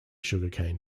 sugarcane